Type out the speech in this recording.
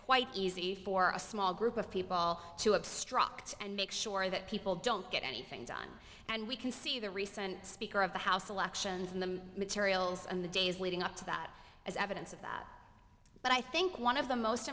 quite easy for a small group of people to obstruct and make sure that people don't get anything done and we can see the recent speaker of the house elections in the materials and the days leading up to that as evidence of that but i think one of the most